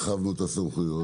הרחבנו את הסמכויות.